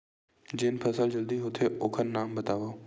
जेन फसल जल्दी होथे ओखर नाम बतावव?